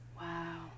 wow